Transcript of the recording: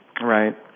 Right